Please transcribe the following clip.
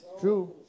True